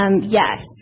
yes